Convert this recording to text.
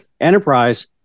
Enterprise